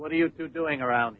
what are you doing around